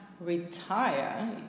retire